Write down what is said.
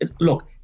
look